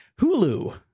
Hulu